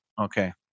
Okay